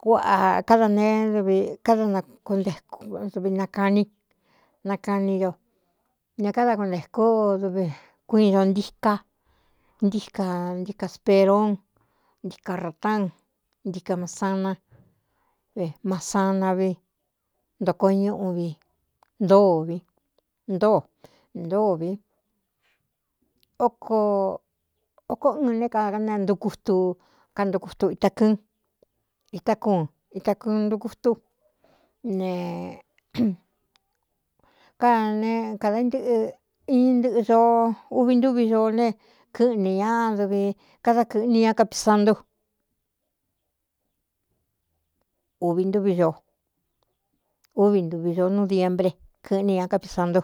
kuꞌa káda neévkáda kuntekudvi nakaní nakaní do ne káda kuntēkú dv kuiin ño ntíká ntíka ntika speron ntika ratan ntika masana v masanna vi ntokoo ñu uvi ntō vi ntōo ntōo vi oko ɨɨn né kada knta ntukutu kantukutu itakɨ́ɨn itá kúun ita kɨɨn ntukutú ne káda ne kadā intɨꞌɨ ii ntɨꞌɨ do uvi ntúvi zoo ne kɨ̄ꞌnī ñá dvi káda kɨ̄ꞌni ña kapisaan ntú uvi nví o úvi ntvi do nú diembre kɨ̄ꞌni ña kapisan ntu.